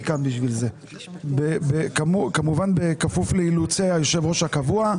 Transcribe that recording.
אני כאן בשביל זה כמובן כפוף לאילוצי היושב ראש הקבוע.